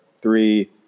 three